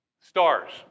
Stars